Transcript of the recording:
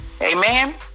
Amen